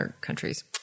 countries